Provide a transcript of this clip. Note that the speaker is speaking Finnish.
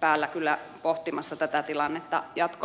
päällä kyllä pohtimassa tätä tilannetta jatkon osalta